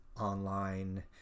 online